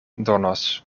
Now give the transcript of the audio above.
donos